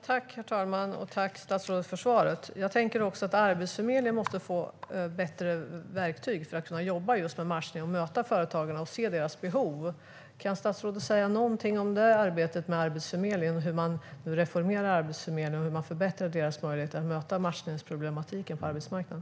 Herr talman! Jag tackar statsrådet för svaret. Jag tänker också att Arbetsförmedlingen måste få bättre verktyg för att just kunna jobba med matchning, möta företagarna och se deras behov. Kan statsrådet säga någonting om det arbetet när det gäller Arbetsförmedlingen, hur man reformerar den och förbättrar dess möjlighet att möta matchningsproblematiken på arbetsmarknaden?